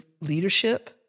leadership